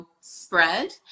spread